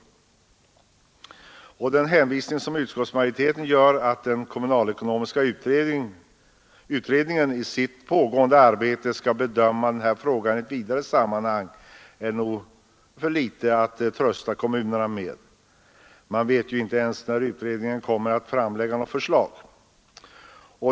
Utskottsmajoritetens hänvisning till att den kommunalekonomiska utredningen i sitt pågående arbete skall bedöma denna fråga i ett vidare sammanhang är nog inte tillräcklig för att lugna kommunerna i detta sammanhang. Vi vet ju inte ens när utredningen kommer att framlägga ett förslag.